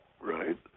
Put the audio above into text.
right